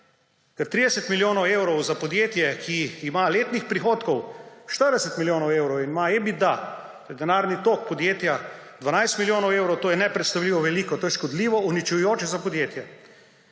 Ker 30 milijonov evrov za podjetje, ki ima letnih prihodkov 40 milijonov evrov, EBITDA, denarni tok podjetja 12 milijonov evrov, to je nepredstavljivo veliko, to je škodljivo, uničujoče za podjetje,